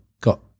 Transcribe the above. got